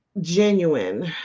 genuine